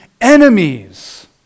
enemies